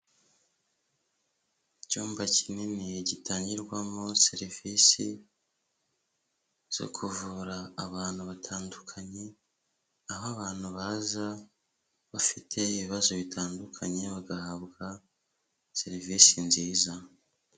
Icyumba kinini gitangirwamo serivisi zo kuvura abantu batandukanye, aho abantu baza bafite ibibazo bitandukanye bagahabwa serivisi nziza.